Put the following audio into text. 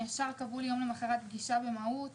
וכבר למוחרת הם קבעו לי פגישה במהו"ת.